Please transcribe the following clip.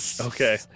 Okay